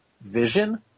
vision